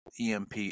EMP